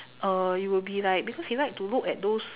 err you will be like because he like to look at those